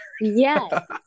Yes